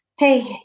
hey